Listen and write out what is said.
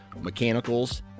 mechanicals